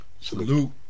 Salute